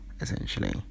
essentially